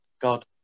God